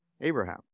Abraham